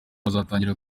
bazatangira